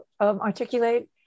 articulate